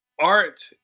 art